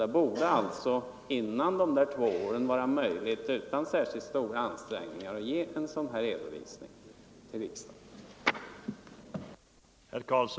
Det borde alltså vara möjligt — innan de två åren har gått — att utan särskilt stora ansträngningar ge riksdagen en sådan redovisning som vi begärt.